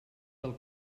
del